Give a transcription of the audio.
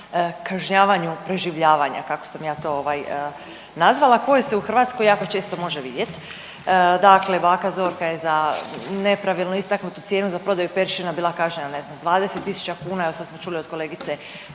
kažnjavanju preživljavanja kako sam ja to nazvala koje se u Hrvatskoj jako često može vidjeti. Dakle, baka Zorka je za nepravilnu istaknutu cijenu za prodaju peršina bila kažnjena sa ne znam 20000 kuna. Evo sad smo čuli od kolegice